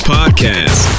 Podcast